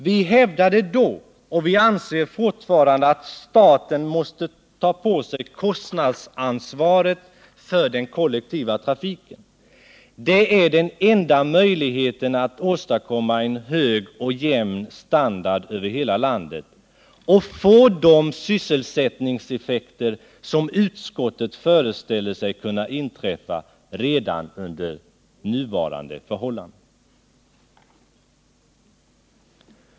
Vi hävdade då och vi anser fortfarande att staten måste ta på sig kostnadsansvaret för den kollektiva trafiken, det är den enda möjligheten att åstadkomma en hög och jämn standard över hela landet och få de sysselsättningseffekter som utskottet föreställer sig kan inträffa redan under nuvarande förhållanden.